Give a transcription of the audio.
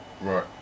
Right